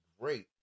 great